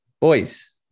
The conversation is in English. Boys